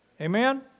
Amen